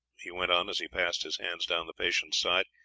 he went on, as he passed his hands down the patient's side,